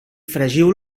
fregiu